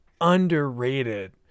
Underrated